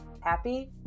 Happy